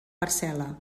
parcel·la